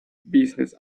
business